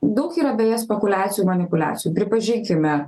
daug yra beje spekuliacijų manipuliacijų pripažinkime